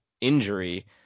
injury